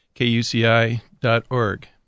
KUCI.org